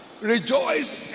rejoice